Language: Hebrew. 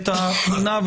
התמונה,